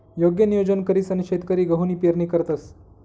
योग्य नियोजन करीसन शेतकरी गहूनी पेरणी करतंस